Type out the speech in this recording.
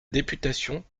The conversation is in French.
députation